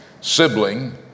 sibling